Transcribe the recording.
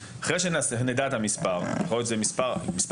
מספר גדול הוא גם יכול להפחיד.